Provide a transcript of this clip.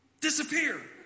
Disappear